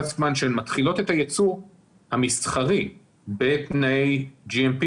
עצמן כשהן מתחילות את הייצור המסחרי בתנאי JMP,